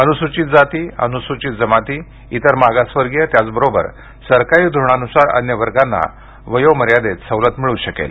अनुसूचित जाती अनुसूचित जमाती इतर मागासवर्गीय त्याच बरोबर सरकारी धोरणानुसार अन्य वर्गांना वयोमर्यादेत सवलत मिळू शकेल